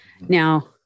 now